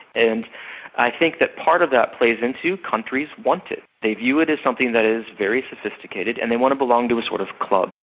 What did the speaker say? and i think that part of that plays into countries want it. they view it as something that is very sophisticated and they want to belong to a sort of club.